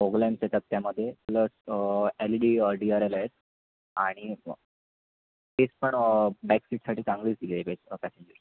प्रोगलाईन setup त्यामध्ये plus L D D R L आहेत आणि फेस पण बॅक सीटसाठी चांगलीच दिली आहे